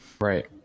right